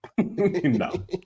no